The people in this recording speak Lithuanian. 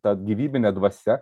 ta gyvybine dvasia